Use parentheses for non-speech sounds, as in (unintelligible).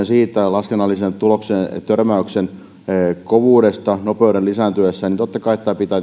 laskennallisesta tuloksesta törmäyksen kovuudesta nopeuden lisääntyessä totta kai tämä pitää (unintelligible)